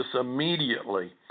immediately